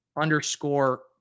underscore